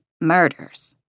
murders